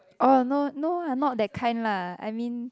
oh no no ah not that kind lah I mean